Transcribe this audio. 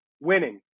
winning